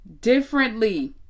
differently